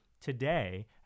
Today